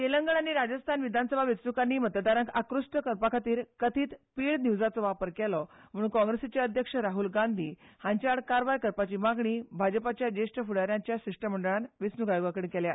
तेलंगण आनी राजस्थान विधानसभा वेंचणुकांनी मतदारांक आकर्शीत करपाक कथीत पेड न्युसाचो वापर केलो म्हणून काँग्रेसीचे अध्यक्ष राहुल गांधी हांचे आड कारवाय करपाची मागणी भाजपाच्या जेश्ठ फुडाऱ्याच्या शिश्टमंडळान वेंचणूक आयोगा कडेन केल्या